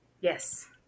yes